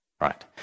Right